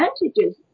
advantages